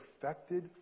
perfected